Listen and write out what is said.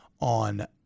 on